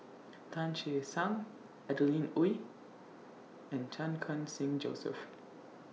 Tan Che Sang Adeline Ooi and Chan Khun Sing Joseph